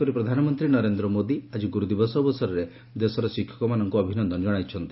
ସେହିପରି ପ୍ରଧାନମନ୍ତୀ ନରେନ୍ଦ ମୋଦୀ ଆକି ଗୁରୁ ଦିବସ ଅବସରରେ ଦେଶର ଶିକ୍ଷକମାନଙ୍କୁ ଅଭିନନ୍ଦନ ଜଣାଇଛନ୍ତି